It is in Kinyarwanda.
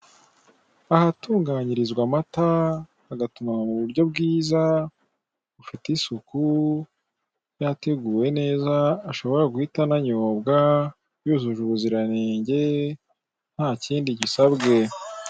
Ahatunganyirizwa amata, agatunganywa mu buryo bwiza bufite isuku, yateguwe neza. Ashobora guhita ananyobwa yujuje ubuziranenge, nta kindi gisabwe.